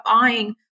buying